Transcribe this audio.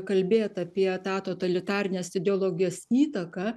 kalbėt apie tą totalitarinės ideologijos įtaką